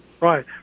Right